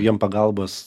jiem pagalbos